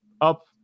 up